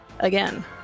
Again